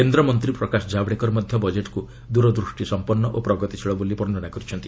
କେନ୍ଦ୍ରମନ୍ତ୍ରୀ ପ୍ରକାଶ ଜାବ୍ଡେକର ମଧ୍ୟ ବଜେଟ୍କୁ ଦୂରଦୃଷ୍ଟିସମ୍ପନ୍ନ ଓ ପ୍ରଗତିଶୀଳ ବୋଲି ବର୍ଷ୍ଣନା କରିଛନ୍ତି